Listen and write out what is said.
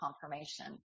confirmation